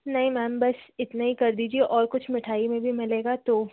नहीं मैम बस इतना ही कर दीजिए और कुछ मिठाई में भी मिलेगा तो